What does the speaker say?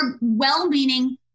well-meaning